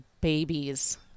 babies